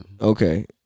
Okay